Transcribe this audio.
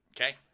okay